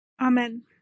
Amen